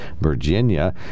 Virginia